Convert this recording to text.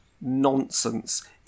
nonsense